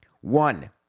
One